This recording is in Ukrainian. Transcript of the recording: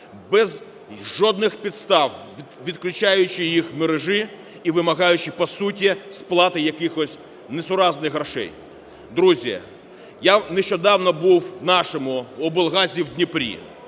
без жодних підстав відключаючи їх від мережі і вимагаючи по суті сплати якихось несуразних грошей. Друзі, я нещодавно був в нашому облгазі в Дніпрі.